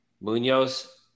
Munoz